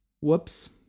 Whoops